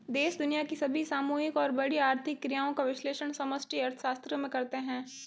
देश दुनिया की सभी सामूहिक और बड़ी आर्थिक क्रियाओं का विश्लेषण समष्टि अर्थशास्त्र में करते हैं